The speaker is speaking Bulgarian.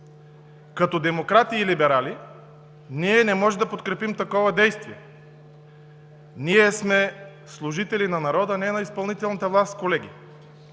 Като демократи и либерали не можем да подкрепим такова действие. Ние сме служители на народа, не на изпълнителната власт, колеги.